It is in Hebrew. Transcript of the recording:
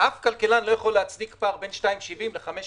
אף כלכלן לא יכול להצדיק פער בין 2.70 ל-5.20